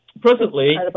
Presently